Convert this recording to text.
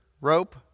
rope